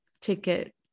ticket